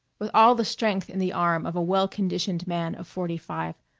with all the strength in the arm of a well-conditioned man of forty-five,